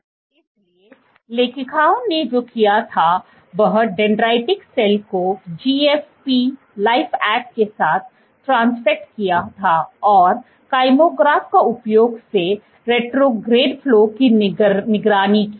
इसलिए लेखकों ने जो किया था वह डेंड्रिटिक सेल्स को GFP LifeAct के साथ ट्रांसफ़ेक्ट किया था और काइमोग्राफ का उपयोग से रेट्रोग्रैड फ्लो की निगरानी की